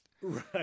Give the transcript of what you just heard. right